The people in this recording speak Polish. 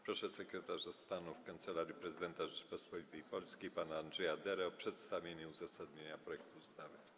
Proszę sekretarza stanu w Kancelarii Prezydenta Rzeczypospolitej Polskiej pana Andrzeja Derę o przedstawienie uzasadnienia projektu ustawy.